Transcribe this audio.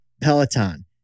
Peloton